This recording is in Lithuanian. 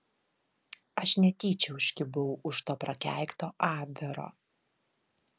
aš netyčia užkibau už to prakeikto abvero